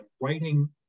writing